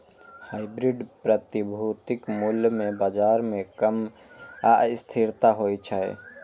hybrid प्रतिभूतिक मूल्य मे बाजार मे कम अस्थिरता होइ छै